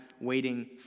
waiting